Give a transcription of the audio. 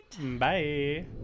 Bye